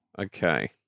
Okay